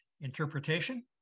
interpretation